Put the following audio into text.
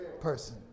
person